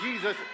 Jesus